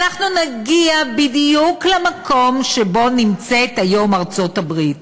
ואנחנו נגיע בדיוק למקום שבו נמצאת היום ארצות-הברית.